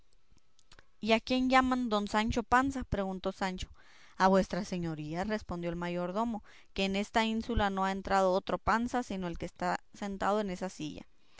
a quién llaman don sancho panza preguntó sancho a vuestra señoría respondió el mayordomo que en esta ínsula no ha entrado otro panza sino el que está sentado en esa silla